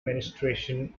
menstruation